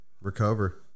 recover